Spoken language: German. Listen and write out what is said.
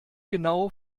genau